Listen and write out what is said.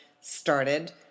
started